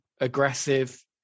aggressive